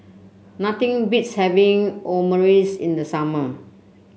nothing beats having Omurice in the summer